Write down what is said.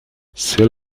she